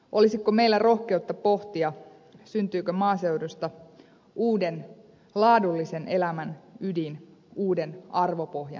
olisiko meillä rohkeutta pohtia syntyykö maaseudusta uuden laadullisen elämän ydin uuden arvonpohjan lähtökohta